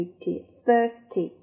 thirsty